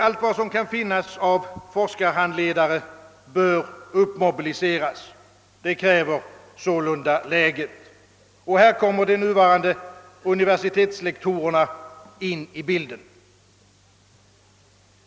Allt vad som kan finnas av forskarhandledare bör uppmobiliseras — det kräver läget. Och här kommer de nuvarande universitetslektorerna in i bilden.